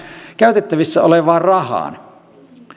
käytettävissä olevaan rahaan niin